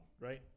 right